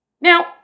Now